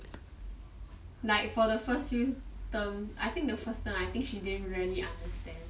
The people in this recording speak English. like for the first few term I think the first term I think she didn't really understand